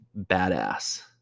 badass